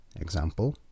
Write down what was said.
Example